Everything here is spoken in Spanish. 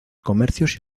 comercios